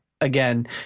again